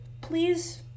Please